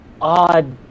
odd